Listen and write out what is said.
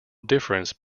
difference